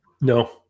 No